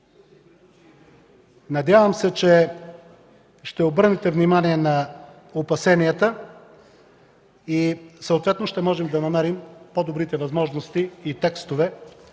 Надявам се, че ще обърнете внимание на опасенията и съответно ще можем да намерим по-добрите възможности и текстове,